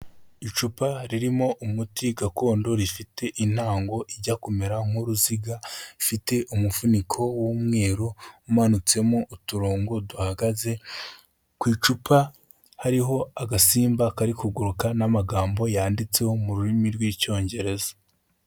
Icupa ririmo umuti gakondo rifite intango ijya kumera nk'uruziga rufite umuvuniko w'umweru, umanutsemo uturongo duhagaze, ku icupa hariho agasimba kari kuguruka n'amagambo yanditseho mu rurimi rw'Icyongereza.